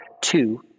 two